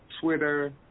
Twitter